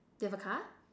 do you have a car